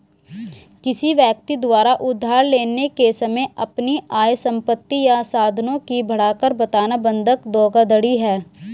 किसी व्यक्ति द्वारा उधार लेने के समय अपनी आय, संपत्ति या साधनों की बढ़ाकर बताना बंधक धोखाधड़ी है